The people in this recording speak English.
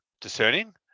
discerning